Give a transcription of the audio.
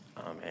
amen